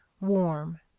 warm